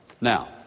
Now